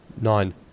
Nine